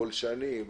פולשני?